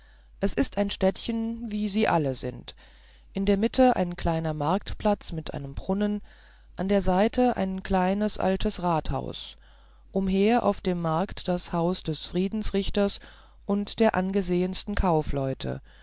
es ist ein städtchen wie sie alle sind in der mitte ein kleiner marktplatz mit einem brunnen an der seite ein kleines altes rathaus umher auf dem markt das haus des friedensrichters und der angesehensten kaufleute